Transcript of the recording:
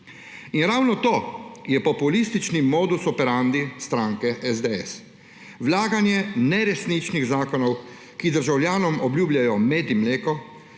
In ravno to je populistični modus operandi stranke SDS: vlaganje neresničnih zakonov, ki državljanom obljubljajo med in mleko